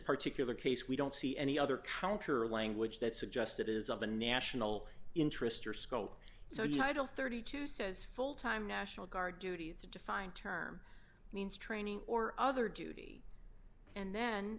particular case we don't see any other counter language that suggests it is of the national interest your skull so you title thirty two says full time national guard duty it's a defined term means training or other duty and then